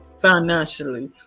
financially